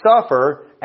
suffer